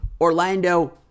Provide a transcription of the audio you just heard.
Orlando